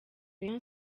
rayon